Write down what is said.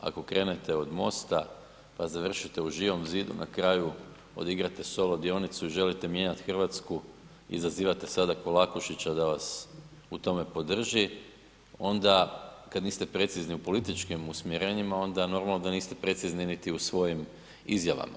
Ako krenete od MOST-a, pa završite u Živom zidu, na kraju odigrate solo dionicu i želite mijenjati Hrvatsku, izazivate sada Kolakušića da vas u tome podrži, onda kad niste precizni u političkim usmjerenjima, onda normalno da niste precizni niti u svojim izjavama.